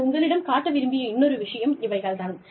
நான் உங்களிடம் காட்ட விரும்பிய இன்னொரு விஷயம் இவைகள் தான்